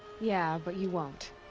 yeah, but you won't.